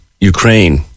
Ukraine